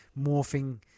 morphing